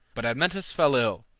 but admetus fell ill,